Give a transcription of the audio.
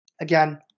again